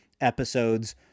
episodes